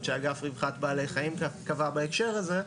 שאגף רווחת בעלי חיים קבע בהקשר הזה,